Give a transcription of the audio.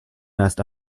nest